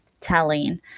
telling